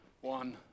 one